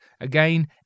Again